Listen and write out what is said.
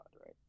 right